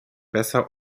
besser